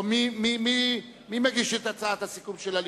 מי מגיש את הצעת הסיכום של הליכוד?